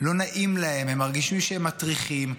לא נעים להם, הם מרגישים שהם מטריחים,